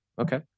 Okay